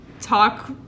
talk